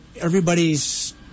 everybody's